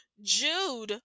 Jude